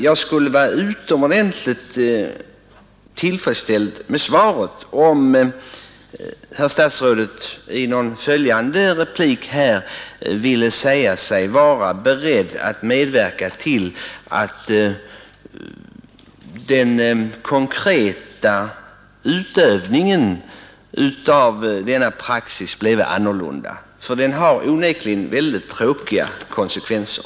Jag skulle vara utomordentligt tillfredsställd med svaret, om herr statsrådet i någon följande replik ville förklara sig beredd att medverka till att den konkreta utövningen av denna praxis bleve annorlunda, för den har onekligen mycket tråkiga konsekvenser.